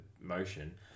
motion